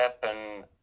happen